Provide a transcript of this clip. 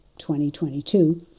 2022